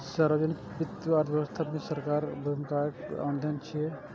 सार्वजनिक वित्त अर्थव्यवस्था मे सरकारक भूमिकाक अध्ययन छियै